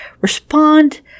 respond